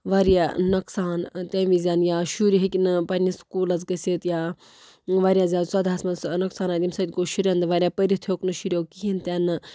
واریاہ نۄقصان تَمہِ ویٖزٮ۪ن یا شُرۍ ہیٚکہِ نہٕ پنٛنِس سکوٗلَس گٔژِتھ یا واریاہ زیادٕ ژۄدہَس منٛز نۄقصانا تَمہِ سۭتۍ گوٚو شُرٮ۪ن تہِ واریاہ پٔرِتھ ہیوٚک نہٕ شُریو کِہیٖنۍ تِنہٕ